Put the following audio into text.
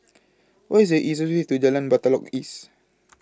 What IS The easiest Way to Jalan Batalong East